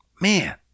Man